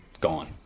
gone